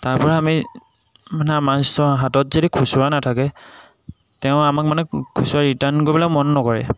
তাৰপৰা আমি মানে আমাৰ ওচৰত হাতত যদি খুচুৰা নাথাকে তেওঁ আমাক মানে খুচুৰা ৰিটাৰ্ণ কৰিবলৈ মন নকৰে